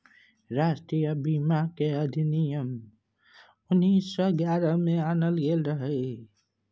राष्ट्रीय बीमा केर अधिनियम उन्नीस सौ ग्यारह में आनल गेल रहे